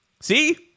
See